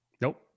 Nope